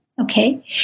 Okay